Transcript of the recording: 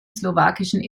slowakischen